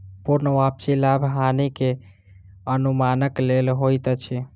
पूर्ण वापसी लाभ हानि के अनुमानक लेल होइत अछि